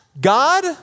God